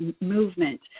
movement